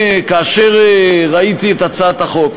כאשר ראיתי את הצעת החוק,